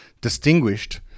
distinguished